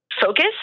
focus